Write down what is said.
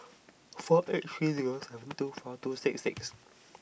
four eight three zero seven two four two six six